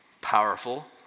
powerful